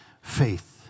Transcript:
faith